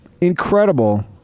incredible